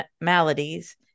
maladies